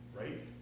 right